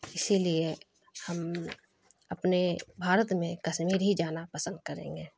اسی لیے ہم اپنے بھارت میں کشمیر ہی جانا پسند کریں گے